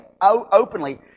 openly